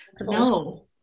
no